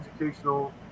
educational